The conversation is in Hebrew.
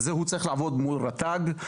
הוא צריך לעבוד מול רט"ג.